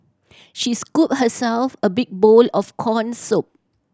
she scooped herself a big bowl of corn soup